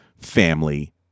family